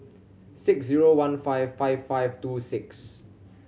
six zero one five five five two six